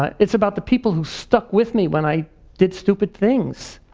it's about the people who stuck with me when i did stupid things.